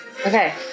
Okay